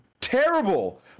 terrible